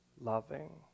loving